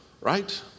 right